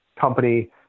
company